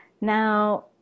Now